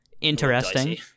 interesting